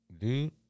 dude